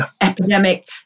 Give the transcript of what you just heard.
epidemic